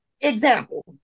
example